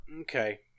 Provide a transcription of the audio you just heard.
okay